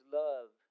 love